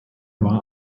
war